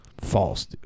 False